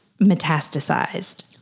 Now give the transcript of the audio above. metastasized